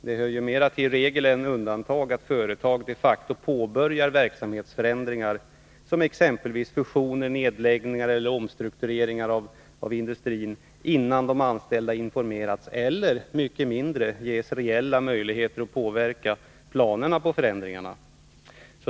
Det hör mer till regel än till undantag att företag de facto påbörjar verksamhetsförändringar som exempelvis fusioner, nedläggningar eller omstruktureringar av industrin innan de anställda informeras eller, än mindre, ges reella möjligheter att påverka planerna på förändringar.